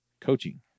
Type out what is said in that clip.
coaching